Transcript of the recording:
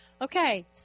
Okay